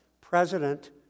president